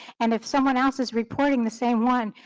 and if someone else is reporting the same one,